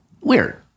weird